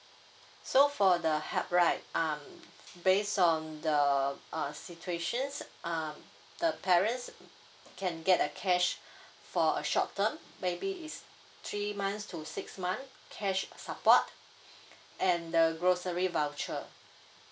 so for the help right um base on the uh situations uh the parents can get uh cash for uh short term maybe is three months to six month cash support and the grocery voucher